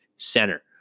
center